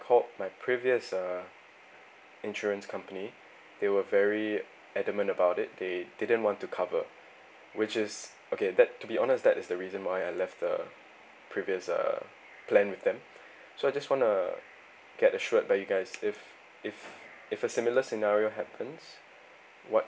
called my previous uh insurance company they were very adamant about it they didn't want to cover which is okay that to be honest that is the reason why I left the previous uh plan with them so I just wanna get assured by you guys if if if a similar scenario happens what